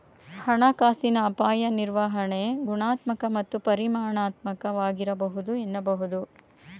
ಹಣಕಾಸಿನ ಅಪಾಯ ನಿರ್ವಹಣೆ ಗುಣಾತ್ಮಕ ಮತ್ತು ಪರಿಮಾಣಾತ್ಮಕವಾಗಿರಬಹುದು ಎನ್ನಬಹುದು